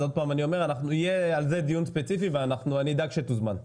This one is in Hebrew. אני עוד פעם אומר: יהיה על זה דיון ספציפי ואדאג שתוזמן.